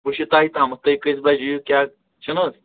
وۄنۍ چھِ یہِ تۄہہِ تامَتھ تُہۍ کٔژِ بَجہِ یِیوٗ کیٛاہ چھِنہٕ حظ